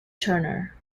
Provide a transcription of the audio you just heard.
turner